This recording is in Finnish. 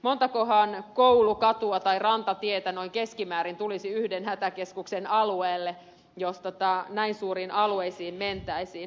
montakohan koulukatua tai rantatietä noin keskimäärin tulisi yhden hätäkeskuksen alueelle jos näin suuriin alueisiin mentäisiin